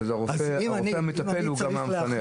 זאת אומרת, אז הרופא המטפל הוא גם המפענח.